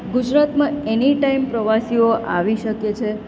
ગુજરાતમાં any time પ્રવાસીઓ આવી શકે છે